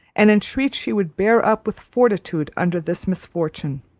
and entreat she would bear up with fortitude under this misfortune.